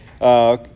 Okay